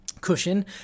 cushion